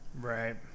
Right